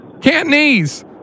Cantonese